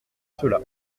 cela